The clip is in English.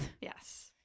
Yes